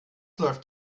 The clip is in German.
läuft